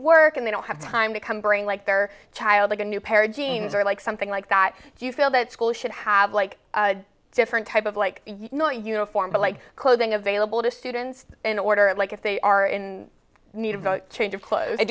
work and they don't have time to come brain like their child to get a new pair of jeans or like something like that do you feel that school should have like a different type of like not uniform but like clothing available to students in order like if they are in need of a change of clothes